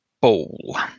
bowl